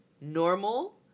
normal